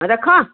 अ रखा